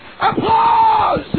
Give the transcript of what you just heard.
Applause